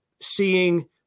seeing